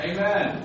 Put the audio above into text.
Amen